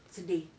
sedih